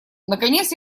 наконец